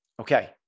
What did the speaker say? Okay